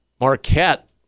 Marquette